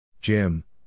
Jim